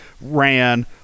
ran